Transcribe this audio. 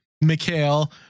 Mikhail